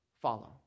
follow